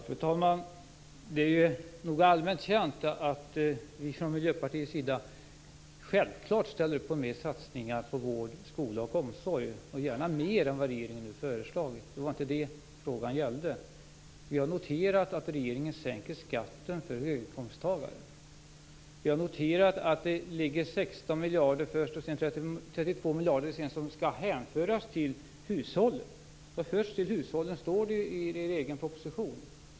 Fru talman! Det är nog allmänt känt att vi från Miljöpartiets sida självklart ställer upp på större satsning på vård, skola och omsorg, gärna mer än vad regeringen har föreslagit. Det var inte det frågan gällde. Vi har noterat att regeringen sänker skatten för höginkomsttagare. Vi har noterat att det finns först 16 miljarder och senare 32 miljarder som skall hänföras till hushållen. Det står i er egen proposition.